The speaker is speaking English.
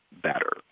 better